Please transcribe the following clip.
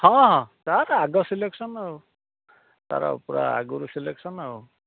ହଁ ହଁ ତାର ଆଗ ସିଲେକ୍ସନ୍ ଆଉ ତାର ପୁରା ଆଗରୁ ସିଲେକ୍ସନ୍ ଆଉ